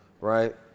right